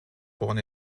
born